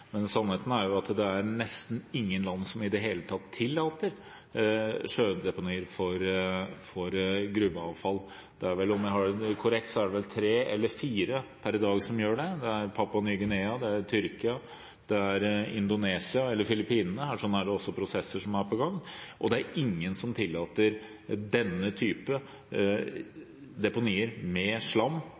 men sannheten er jo at det er nesten ingen land som i det hele tatt tillater sjødeponier for gruveavfall. Om jeg har de korrekte opplysningene, er det vel tre eller fire per i dag som gjør det. Det er Papua Ny-Guinea, det er Tyrkia, det er Indonesia, og på Filippinene er det også prosesser som er på gang. Det er ingen som tillater denne typen deponier med slam